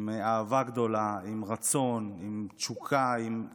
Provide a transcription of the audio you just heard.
עם אהבה גדולה, עם רצון, עם תשוקה, עם קשב.